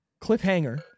Cliffhanger